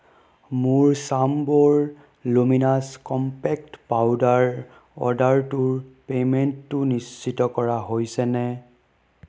মোৰ Chambor luminous compact powder অৰ্ডাৰটোৰ পে'মেণ্টটো নিশ্চিত কৰা হৈছেনে